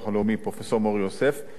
פרופסור מור-יוסף,